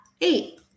eight